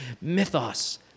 mythos